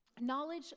Knowledge